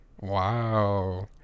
Wow